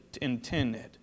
intended